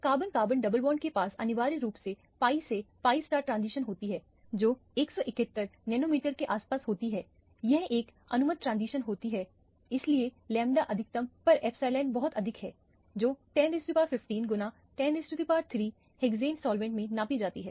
carbon carbon double bond के पास अनिवार्य रूप से pi से pi ट्रांजिशन होती है जो 171 नैनोमीटर के आसपास होती है यह एक अनुमत ट्रांजिशन होती है इसीलिए लैम्ब्डा अधिकतम पर एप्सिलॉन बहुत अधिक है जो 10 गुना 10 हेक्सेन साल्वेंट मैं नापी जाती है